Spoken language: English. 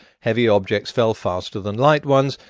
heavy objects fell faster than light ones,